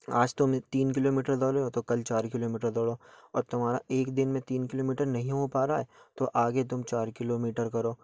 आज तुम तीन किलोमीटर दौड़े हो तो कल चार किलोमीटर दौड़ो और तुम्हारा एक दिन में तीन किलोमीटर नहीं हो पा रहा है तो आगे तुम चार किलोमीटर करो